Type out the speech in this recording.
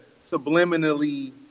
subliminally